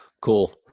cool